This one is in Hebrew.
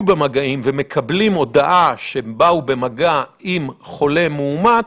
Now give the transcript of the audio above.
במגעים ומקבלים הודעה שבאו במגע עם חולה מאומת,